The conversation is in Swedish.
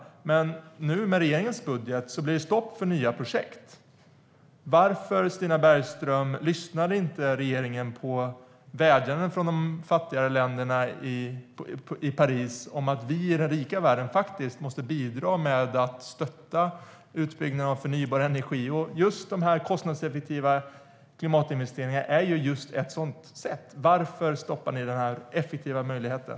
Med regeringens budget blir det stopp för nya projekt. Varför, Stina Bergström, lyssnar regeringen inte på vädjanden från de fattiga länderna om att vi i den rika världen måste bidra genom att stötta utbyggnaden av förnybar energi? De kostnadseffektiva klimatinvesteringarna är just ett sätt att göra det. Varför stoppar ni den effektiva möjligheten?